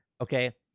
Okay